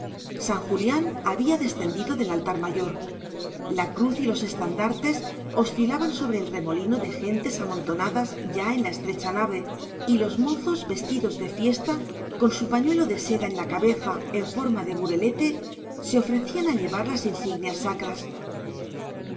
san julián había descendido del altar mayor la cruz y los estandartes oscilaban sobre el remolino de gentes amontonadas ya en la estrecha nave y los mozos vestidos de fiesta con su pañuelo de seda en la cabeza en forma de burelete se ofrecían a llevar las insignias sacras